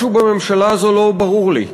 משהו בממשלה הזאת לא ברור לי.